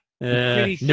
no